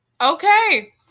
Okay